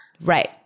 Right